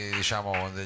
diciamo